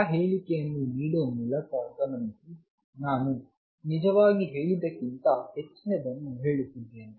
ಆ ಹೇಳಿಕೆಯನ್ನು ನೀಡುವ ಮೂಲಕ ಗಮನಿಸಿ ನಾನು ನಿಜವಾಗಿ ಹೇಳಿದ್ದಕ್ಕಿಂತ ಹೆಚ್ಚಿನದನ್ನು ಹೇಳುತ್ತಿದ್ದೇನೆ